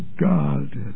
God